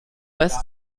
best